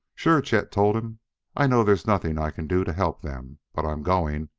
sure, chet told him i know there's nothing i can do to help them. but i'm going.